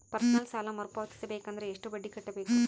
Personal ಸಾಲ ಮರು ಪಾವತಿಸಬೇಕಂದರ ಎಷ್ಟ ಬಡ್ಡಿ ಕಟ್ಟಬೇಕು?